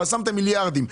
אבל שמתם מיליארדים.